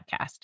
podcast